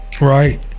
Right